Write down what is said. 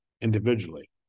individually